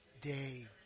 day